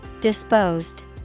Disposed